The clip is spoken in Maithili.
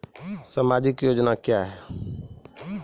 समाजिक योजना क्या हैं?